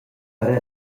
per